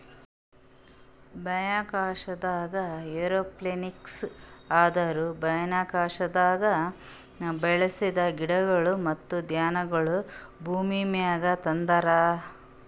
ಬಾಹ್ಯಾಕಾಶದಾಗ್ ಏರೋಪೋನಿಕ್ಸ್ ಅಂದುರ್ ಬಾಹ್ಯಾಕಾಶದಾಗ್ ಬೆಳಸ ಗಿಡಗೊಳ್ ಮತ್ತ ಧಾನ್ಯಗೊಳ್ ಭೂಮಿಮ್ಯಾಗ ತಂದಾರ್